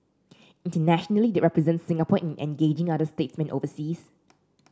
internationally they represent Singapore in engaging other statesmen overseas